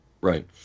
Right